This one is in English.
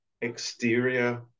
exterior